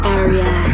area